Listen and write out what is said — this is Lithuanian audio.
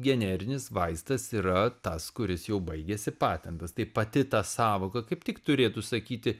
generinis vaistas yra tas kuris jau baigėsi patentas tai pati ta sąvoka kaip tik turėtų sakyti